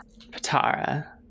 patara